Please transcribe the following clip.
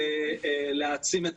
להעצים את